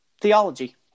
theology